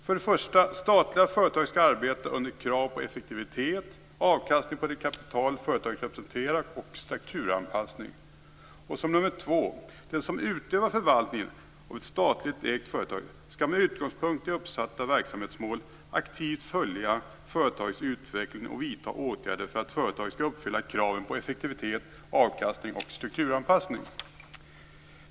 För det första: Statliga företag skall arbeta under krav på effektivitet, avkastning på det kapital företaget representerar och strukturanpassning. För det andra: Den som utövar förvaltningen av ett statligt ägt företag skall med utgångspunkt i uppsatta verksamhetsmål aktivt följa företagets utveckling och vidta åtgärder för att företaget skall uppfylla kraven på effektivitet, avkastning och strukturanpassning.